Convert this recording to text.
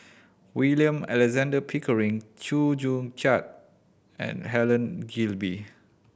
William Alexander Pickering Chew Joo Chiat and Helen Gilbey